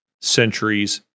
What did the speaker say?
centuries